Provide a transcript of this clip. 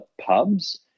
pubs